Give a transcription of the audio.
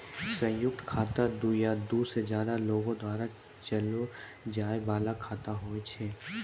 संयुक्त खाता दु या दु से ज्यादे लोगो द्वारा चलैलो जाय बाला खाता होय छै